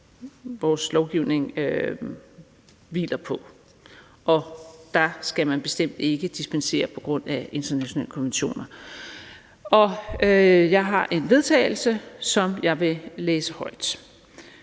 vores lovgivning hviler på, og der skal man bestemt ikke dispensere på grund af internationale konventioner. Jeg har et forslag til vedtagelse, som jeg (på vegne